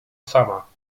sama